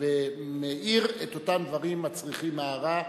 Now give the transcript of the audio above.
ומאיר את אותם דברים הצריכים הארה,